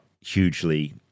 hugely